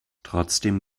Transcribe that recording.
trotzdem